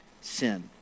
sin